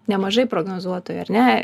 nemažai prognozuotojų ar ne